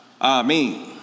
Amen